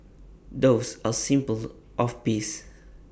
doves are A symbol of peace